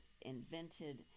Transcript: invented